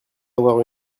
avoir